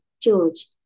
George